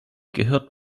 gehört